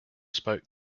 spoke